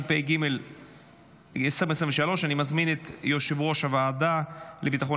התשפ"ג 2023. אני מזמין את יושב-ראש הוועדה לביטחון